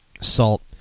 salt